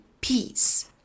peace